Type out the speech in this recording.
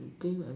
think a